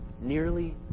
nearly